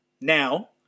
now